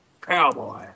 Cowboy